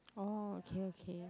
oh okay okay